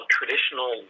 traditional